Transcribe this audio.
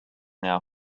now